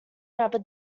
rubber